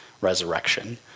resurrection